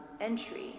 entry